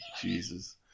Jesus